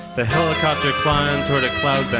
the helicopter climbed toward cloud bank.